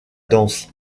danse